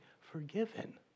forgiven